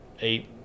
eight